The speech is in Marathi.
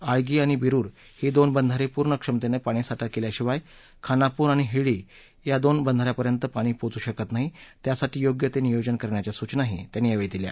आळगी आणि बरुर ही दोन बंधारे पूर्ण क्षमतेनं पाणीसाठा केल्याशिवाय खानापूर आणि हिळ्ळी या दोन बंधाऱ्यापर्यंत पाणी पोहचू शकत नाही त्यासाठी योग्य ते नियोजन करण्याच्या सूचनाही त्यांनी यावेळी दिल्या